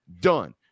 done